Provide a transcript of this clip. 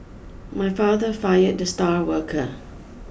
my father fired the star worker